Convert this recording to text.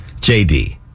JD